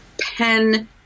pen